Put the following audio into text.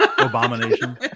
abomination